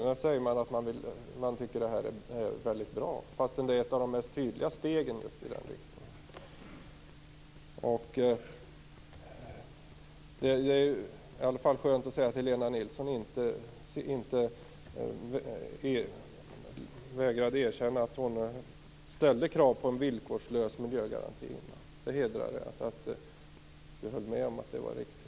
Nu säger man att detta är bra, fast det är tydliga steg i den riktningen. Det är skönt att säga att Helena Nilsson inte vägrar erkänna att hon ställde krav på en villkorslös miljögaranti. Det hedrar henne. Jag håller med om att det var riktigt.